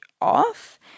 off